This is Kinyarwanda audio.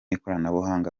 ikoranabuhanga